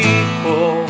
equal